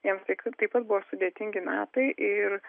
jiems tai taip pat buvo sudėtingi metai ir